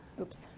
Oops